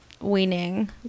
weaning